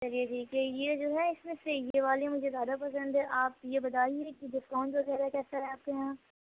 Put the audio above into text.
سر یہ ٹھیک ہے یہ جو ہے اس میں سے یہ والی مجھے زیادہ پسند ہے آپ یہ بتا دیجیے کہ ڈسکاؤنٹ وغیرہ کیسا ہے آپ کے یہاں